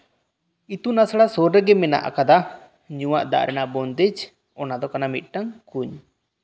ᱤᱛᱩᱱ ᱟᱥᱲᱟ ᱥᱩᱨ ᱨᱮᱜᱮ ᱢᱮᱱᱟᱜ ᱟᱠᱟᱫᱟ ᱧᱩᱣᱟᱜ ᱟᱜ ᱨᱮᱱᱟᱜ ᱵᱚᱱᱫᱮᱡ ᱚᱱᱟ ᱫᱚ ᱠᱟᱱᱟ ᱢᱤᱫᱴᱟᱝ ᱠᱩᱧ